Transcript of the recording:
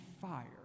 fire